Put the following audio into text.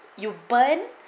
you burn